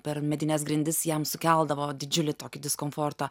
per medines grindis jam sukeldavo didžiulį tokį diskomfortą